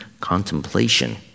contemplation